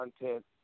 content